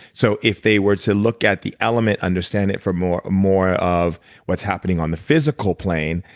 so if they were to look at the element, understand it for more more of what's happening on the physical plane,